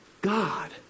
God